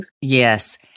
Yes